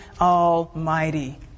Almighty